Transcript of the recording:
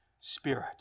Spirit